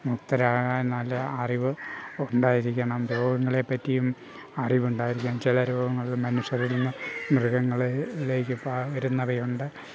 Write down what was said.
മുക്തരാകാൻ നല്ല അറിവ് ഉണ്ടായിരിക്കണം രോഗങ്ങളെ പറ്റിയും അറിവുണ്ടായിരിക്കണം ചില രോഗങ്ങൾ മനുഷ്യരിൽ നിന്ന് മൃഗങ്ങളിലേക്ക് പകരുന്നവയുണ്ട്